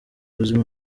buzima